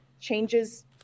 changes